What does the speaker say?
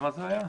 למה זה היה?